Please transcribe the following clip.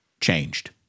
changed